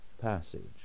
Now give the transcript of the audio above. passage